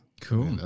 Cool